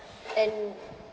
and